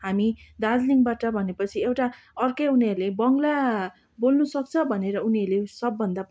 हामी दार्जिलिङबाट भनेपछि एउटा अर्कै उनीहरूले बङ्गला बोल्नु सक्छ भनेर उनीहरूले सबभन्दा